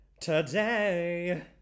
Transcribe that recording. Today